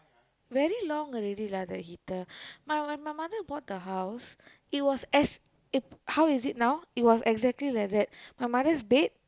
very long already lah that heater my my my mother bought the house it was how is it now it was exactly like that my mother's bed